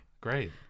great